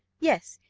yes,